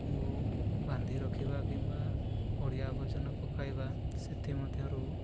ମୁଁ ବାନ୍ଧି ରଖିବା କିମ୍ବା ଅଳିଆ ଆବର୍ଜନା ପକାଇବା ସେଥିମଧ୍ୟରୁ